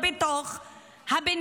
אני קורא אותך לסדר פעם ראשונה.